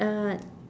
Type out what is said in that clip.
uh